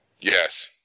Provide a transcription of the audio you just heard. Yes